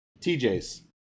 TJ's